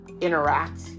interact